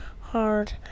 hard